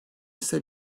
ise